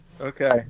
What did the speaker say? Okay